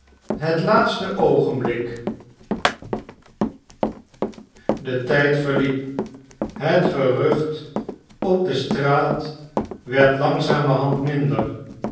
het laatste oogenbuk de tijd verliep het gerucht op de straat werd langzamerhand minder